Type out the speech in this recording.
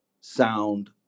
sound